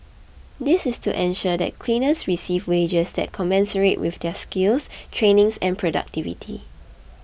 this is to ensure that cleaners receive wages that commensurate with their skills training and productivity